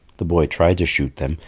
the boy tried to shoot them,